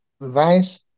vice